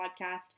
podcast